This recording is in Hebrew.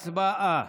הצבעה.